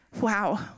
Wow